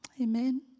Amen